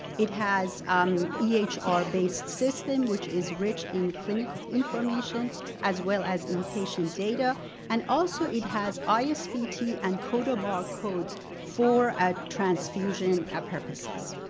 it has um a ah ehr-based system which is rich in clinical information as well as in patient data and also it has isbt and codabar codes for ah transfusion ah purposes.